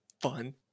fun